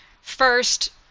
First